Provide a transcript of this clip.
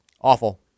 awful